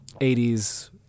80s